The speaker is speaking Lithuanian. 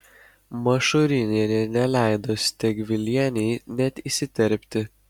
mašurinienė neleido stegvilienei net įsiterpti